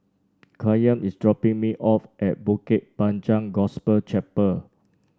Kyan is dropping me off at Bukit Panjang Gospel Chapel